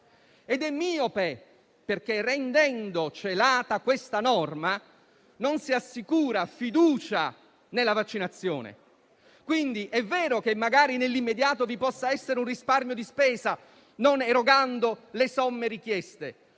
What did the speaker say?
Ed è miope perché, rendendo celata questa norma, non si assicura fiducia nella vaccinazione. Quindi è vero che magari nell'immediato vi possa essere un risparmio di spesa non erogando le somme richieste,